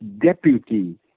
deputy